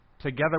together